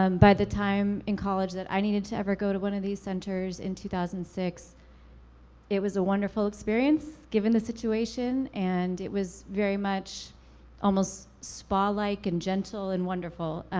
um by the time in college that i needed to ever go to one of these centers in two thousand and six it was a wonderful experience, given the situation, and it was very much almost spa-like and gentle and wonderful.